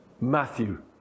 Matthew